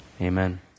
Amen